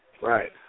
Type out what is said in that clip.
right